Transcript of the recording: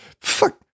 Fuck